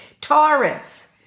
Taurus